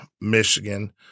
Michigan